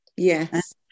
Yes